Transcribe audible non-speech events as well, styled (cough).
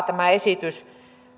(unintelligible) tämä esitys jakaa